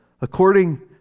according